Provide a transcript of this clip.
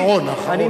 הדבר האחרון,